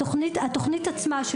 התוכנית עצמה,